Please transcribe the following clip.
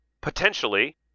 potentially